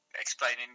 explaining